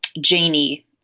Janie